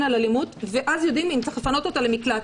על אלימות ואז יודעים אם צריך לפנות אותה למקלט.